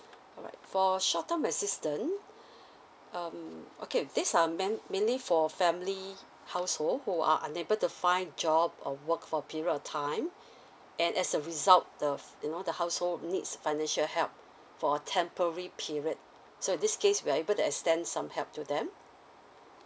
alright for short term assistant um okay this are main~ mainly for family household who are unable to find job or work for a period of time and as a result the you know the household needs financial help for a temporary period so in this case we're able to extent some help to them